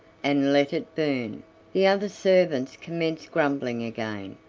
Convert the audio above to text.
and let it burn the other servants commenced grumbling again,